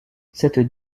cette